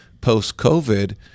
post-covid